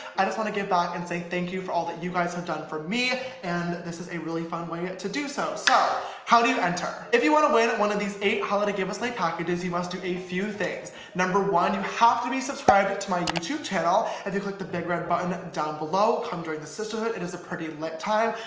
i just want to give back and say thank you for all that you guys have done for me and this is a really fun way to do so. so how do you enter? if you want to way that one of these these eight holiday giveaslay packages you must do a few things. number one you have to be subscribed to my youtube channel. if and you click the big red button down below come join the sisterhood it is a pretty lit time,